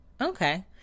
okay